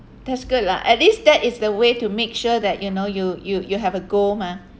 that's good lah at least that is the way to make sure that you know you you you have a goal mah